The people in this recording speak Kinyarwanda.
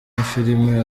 filime